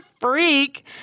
freak